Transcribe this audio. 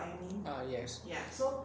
ah yes